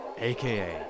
AKA